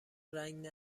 رنگ